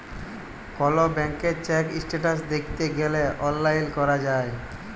call ব্যাংকের check status দ্যাইখতে গ্যালে অললাইল ক্যরা যায়